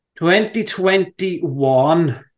2021